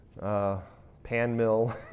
pan-mill